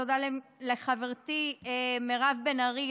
תודה לחברתי מירב בן ארי,